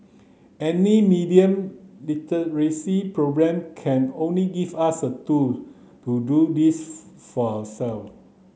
any media literacy programme can only give us the tool to do this for ourself